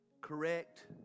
correct